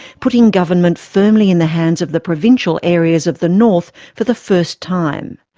putting government firmly in the hands of the provincial areas of the north for the first time.